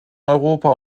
europa